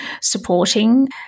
supporting